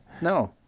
No